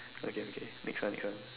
okay okay next one next one